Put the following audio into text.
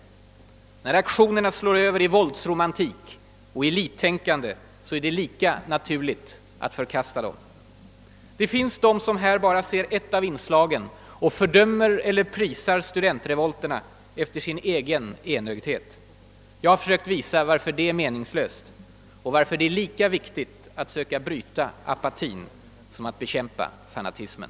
När aktionerna slår över i våldsromantik och elittänkande är det lika naturligt att förkasta dem. Det finns de som här bara ser ett av inslagen och fördömer eller prisar studentrevolterna efter sin egen enögdhet. Jag har försökt visa varför det är meningslöst och varför det är lika viktigt att söka bryta apatin som att bekämpa fanatismen.